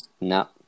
No